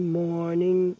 morning